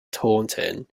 taunton